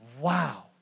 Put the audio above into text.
Wow